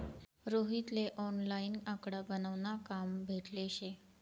रोहित ले ऑनलाईन आकडा बनावा न काम भेटेल शे